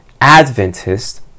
Adventist